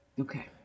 Okay